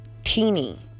teeny